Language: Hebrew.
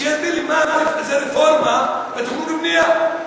שיסביר לי מה זה רפורמה בתכנון ובנייה.